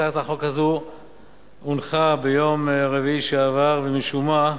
הצעת החוק הזאת הונחה ביום רביעי שעבר ומשום מה,